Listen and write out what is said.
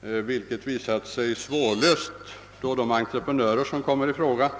Detta har emellertid visat sig svårt, eftersom de entreprenörer som kommer i fråga